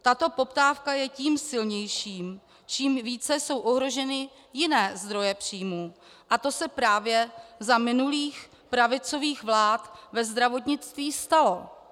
Tato poptávka je tím silnější, čím více jsou ohroženy jiné zdroje příjmů, a to se právě za minulých pravicových vlád ve zdravotnictví stalo.